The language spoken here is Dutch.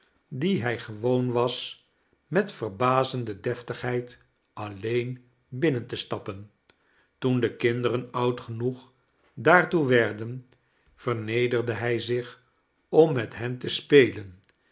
dien hij gewoon was met verbazende deftigheid alleen binnen te stappen toen de kinderen oud genoeg daartoe werden vernederde hij zich om met hen te spelen